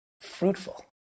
fruitful